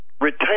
retain